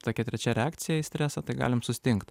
tokia trečia reakcija į stresą tai galim sustingt